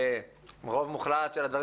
אין שום צל של ספק שרוב מוחלט של הדברים